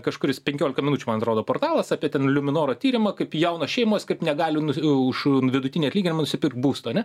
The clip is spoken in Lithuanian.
kažkuris penkiolika minučių man atrodo portalas apie ten liuminoro tyrimą kaip jaunos šeimos kaip negali už vidutinį atlyginimą nusipirkt būsto ane